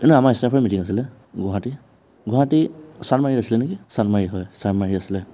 নাই আমাৰ ষ্টাফৰে মিটিং আছিলে গুৱাহাটী গুৱাহাটী চান্দমাৰী আছিলে নেকি চান্দমাৰী হয় চান্দমাৰী আছিলে